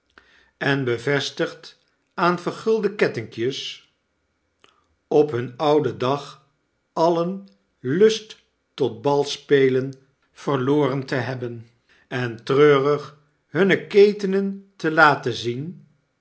en bevestigd aan vergulde kettinkjes op hun oudendag alien lust tot balspelen verloren te hebben en treurig hunne ketenen te laten zien